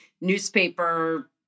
newspaper